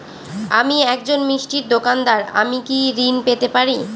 আমি একজন মিষ্টির দোকাদার আমি কি ঋণ পেতে পারি?